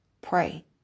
Pray